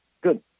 Good